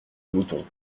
mouton